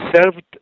served